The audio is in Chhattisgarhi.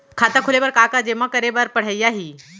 खाता खोले बर का का जेमा करे बर पढ़इया ही?